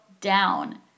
down